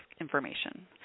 information